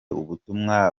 ubutumwa